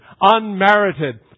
Unmerited